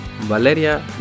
Valeria